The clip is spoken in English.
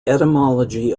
etymology